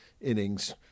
innings